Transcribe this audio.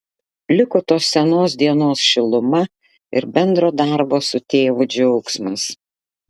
liko tos senos dienos šiluma ir bendro darbo su tėvu džiaugsmas